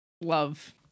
love